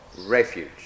refuge